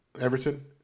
Everton